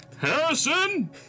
Harrison